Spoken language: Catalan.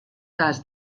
cas